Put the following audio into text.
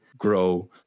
grow